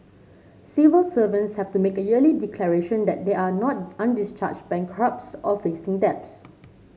civil servants have to make a yearly declaration that they are not undischarged bankrupts or facing debts